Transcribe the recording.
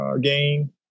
game